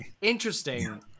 interesting